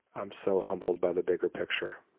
i'm so humbled by the bigger picture.